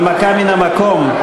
הנמקה מן המקום.